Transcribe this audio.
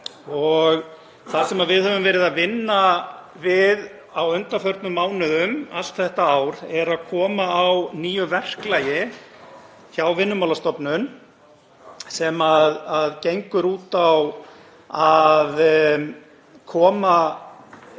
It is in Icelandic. og það sem við höfum verið að vinna við á undanförnum mánuðum, allt þetta ár, er að koma á nýju verklagi hjá Vinnumálastofnun sem gengur út á að setja